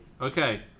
Okay